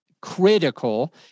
critical